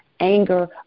Anger